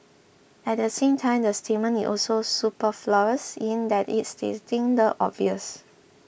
at the same time the statement is also superfluous in that it is stating the obvious